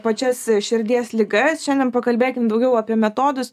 pačias širdies ligas šiandien pakalbėkim daugiau apie metodus